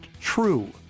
true